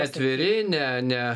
atviri ne ne